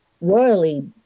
royally